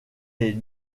est